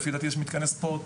לדעתי יש מתקני ספורט